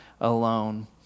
alone